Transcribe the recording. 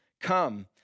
Come